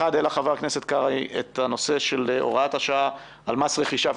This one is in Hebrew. אחד העלה חבר הכנסת קרעי את הנושא של הוראת השעה על מס רכישה,